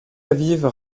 aviv